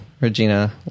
Regina